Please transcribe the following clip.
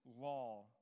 law